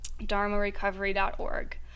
dharmarecovery.org